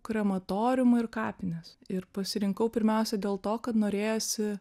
krematoriumą ir kapines ir pasirinkau pirmiausia dėl to kad norėjosi